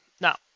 now